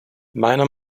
meiner